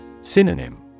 Synonym